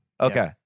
Okay